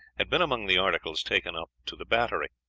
had been among the articles taken up to the battery,